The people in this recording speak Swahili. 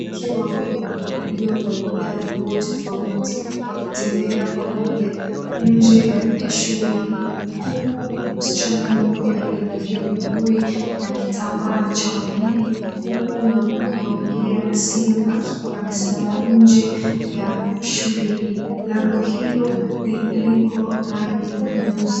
Watu wawili waliovalia nguo tofauti wakitembea pamoja nje ya shule hii, huku msichana mmoja aliyevalia buibui na kitambaa cha waridi, huku ywaongea na simu akiwa amesimama nje ya shule hii. Lango hilo liko rangi nyeusi.